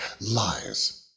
lies